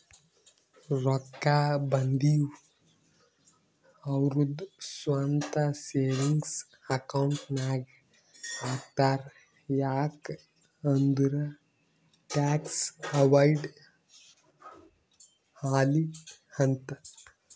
ರೊಕ್ಕಾ ಬಂದಿವ್ ಅವ್ರದು ಸ್ವಂತ ಸೇವಿಂಗ್ಸ್ ಅಕೌಂಟ್ ನಾಗ್ ಹಾಕ್ತಾರ್ ಯಾಕ್ ಅಂದುರ್ ಟ್ಯಾಕ್ಸ್ ಅವೈಡ್ ಆಲಿ ಅಂತ್